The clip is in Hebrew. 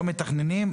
לא מתכננים,